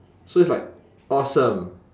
so it's like awesome